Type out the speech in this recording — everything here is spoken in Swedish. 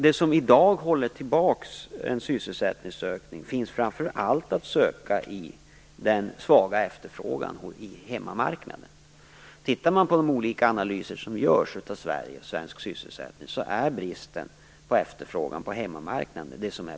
Det som i dag håller tillbaks en sysselsättningsökning finns framför allt att söka i den svaga efterfrågan på hemmamarknaden. Tittar man på de olika analyser som görs av svensk sysselsättning ser man att bekymret är bristen på efterfrågan på hemmamarknaden.